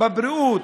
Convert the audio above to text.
בבריאות.